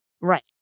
right